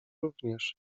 również